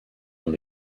dans